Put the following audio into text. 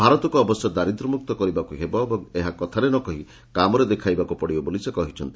ଭାରତକୁ ଅବଶ୍ୟ ଦାରିଦ୍ର୍ୟମୁକ୍ତ କରିବାକୁ ହେବ ଏବଂ ଏହା କଥାରେ ନ କହି କାମରେ ଦେଖାଇବାକୁ ପଡ଼ିବ ବୋଲି ସେ କହିଛନ୍ତି